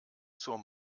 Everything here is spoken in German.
zur